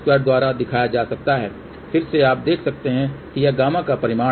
2 द्वारा दिखाया जा जाता है फिर से आप देख सकते हैं यह गामा का परिमाण है